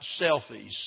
selfies